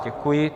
Děkuji.